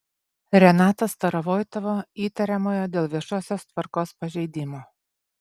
renato starovoitovo įtariamojo dėl viešosios tvarkos pažeidimo